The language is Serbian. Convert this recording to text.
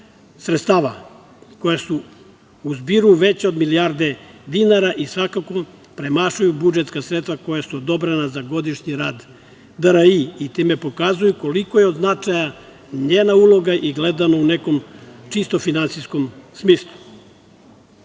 sredstava koje su u zbiru veće od milijardu dinara i svakako premašuju budžetska sredstva koja su odobrena za godišnji rad DRI i time pokazuju koliko je od značaja njena uloga i gledano u nekom čisto finansijskom smislu.